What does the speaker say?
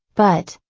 but,